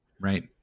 right